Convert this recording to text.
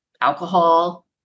alcohol